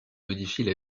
modifient